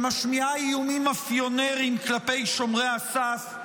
שמשמיעה איומים מאפיונריים כלפי שומרי הסף,